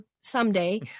someday